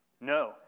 No